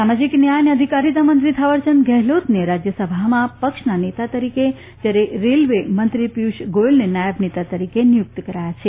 સામાજિક ન્યાય અને અધિકારીતા મંત્રી થાવર ચંદ ગેહલોતને રાજ્યસભામાં પક્ષના નેતા તરીકે જ્યારે રેલ્વે મંત્રી પિયુષ ગોયલને નાયબ નેતા તરીકે નિમણુક કરાઇ છે